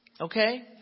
Okay